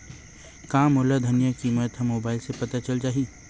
का मोला धनिया किमत ह मुबाइल से पता चल जाही का?